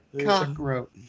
cockroach